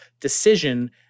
decision